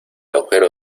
agujero